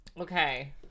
Okay